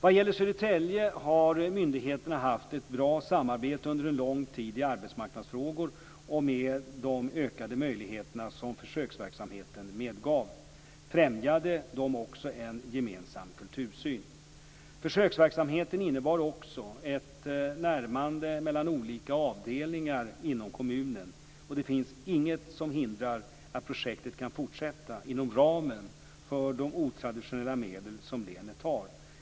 Vad gäller Södertälje har myndigheterna haft ett bra samarbete under en lång tid i arbetsmarknadsfrågor, och med de ökade möjligheterna som försöksverksamheten medgav främjade de också en gemensam kultursyn. Försöksverksamheten innebar också ett närmande mellan olika avdelningar inom kommunen. Det finns inget som hindrar att projektet kan fortsätta inom ramen för de otraditionella medel som länet har.